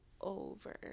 over